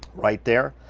right there.